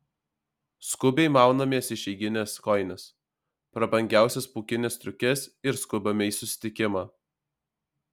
skubiai maunamės išeigines kojines prabangiausias pūkines striukes ir skubame į susitikimą